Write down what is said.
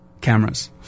cameras